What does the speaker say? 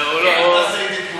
אל תעשה אתי תמונה.